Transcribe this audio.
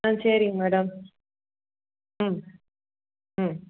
ஆ சரிங் மேடம் ம் ம்